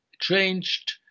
changed